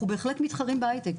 אנחנו בהחלט מתחרים בהייטק,